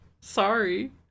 Sorry